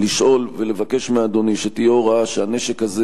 לשאול ולבקש מאדוני שתהיה הוראה שהנשק הזה